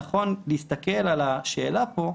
שנכון להסתכל על השאלה פה,